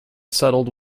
settled